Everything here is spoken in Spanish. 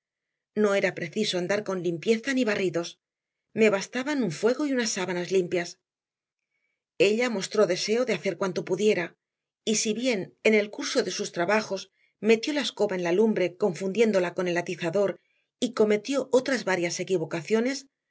no era preciso andar con limpieza ni barridos me bastaban un fuego y unas sábanas limpias ella mostró deseo de hacer cuanto pudiera y si bien en el curso de sus trabajos metió la escoba en la lumbre confundiéndola con el atizador y cometió otras varias equivocaciones